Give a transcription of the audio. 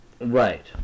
Right